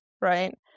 right